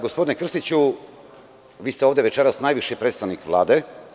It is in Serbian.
Gospodine Krstiću, vi ste ovde večeras najviši predstavnik Vlade.